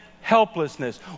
helplessness